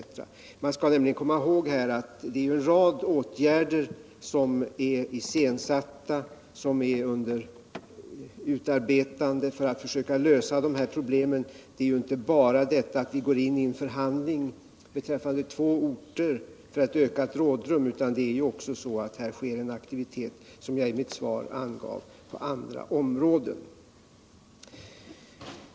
Man skall nämligen komma ihåg att vi har en rad åtgärder under utarbetande för att försöka lösa de här problemen. Vi går inte bara in ien förhandling beträffande två orter för att öka ett rådrum, utan här pågår, som jag i mitt svar angav, också aktivitet på andra områden.